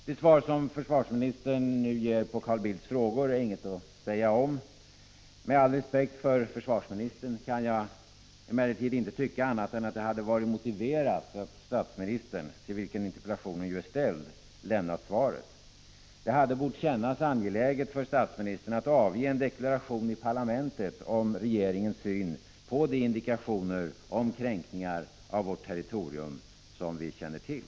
Det svar som försvarsministern nu ger på Carl Bildts frågor är inget att säga om. Med all respekt för försvarsministern kan jag emellertid inte tycka annat än att det hade varit motiverat att statsministern, till vilken interpellationen är ställd, lämnat svaret. Det borde ha känts angeläget för statsministern att avge en deklaration i parlamentet om regeringens syn på de indikationer om kränkningar av vårt territorium som vi känner till.